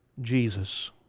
Jesus